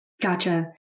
Gotcha